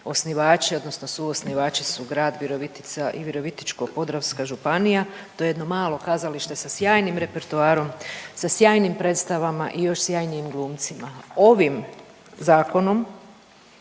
osnivači odnosno suosnivači su grad Virovitica i Virovitičko-podravska županija, to je jedno malo kazalište sa sjajnim repertoarom, sa sjajnim predstavama i još sjajnijim glumcima. Ovim zakonom